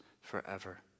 forever